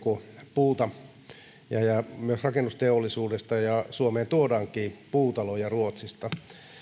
puuta myös rakennusteollisuudessa ja suomeen tuodaankin puutaloja ruotsista